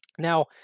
Now